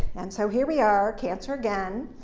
and so here we are, cancer again.